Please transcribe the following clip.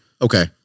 Okay